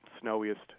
snowiest